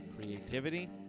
creativity